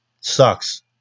sucks